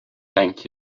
thank